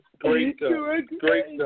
great